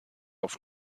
auf